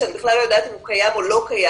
שאני בכלל לא יודעת אם הוא קיים או לא קיים,